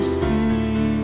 see